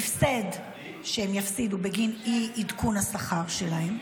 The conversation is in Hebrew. הפסד שהן יפסידו בגין אי-עדכון השכר שלהן,